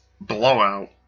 blowout